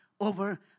over